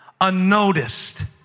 unnoticed